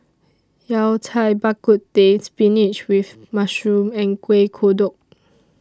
Yao Cai Bak Kut Teh Spinach with Mushroom and Kuih Kodok